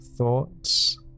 Thoughts